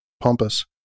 pompous